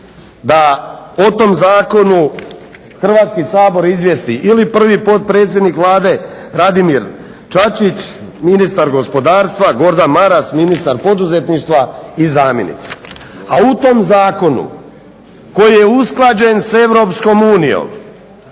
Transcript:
da po tom zakonu Hrvatski sabor izvijesti ili prvi potpredsjednik Vlade Radimir Čačić, ministar gospodarstva Gordan Maras, ministar poduzetništva i zamjenica, a u tom zakonu koji je usklađen sa Europskom unijom